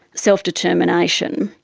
self-determination,